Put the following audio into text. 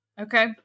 Okay